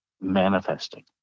manifesting